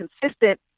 consistent